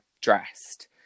dressed